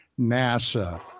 NASA